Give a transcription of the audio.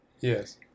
yes